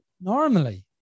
normally